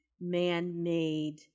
man-made